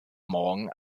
morgen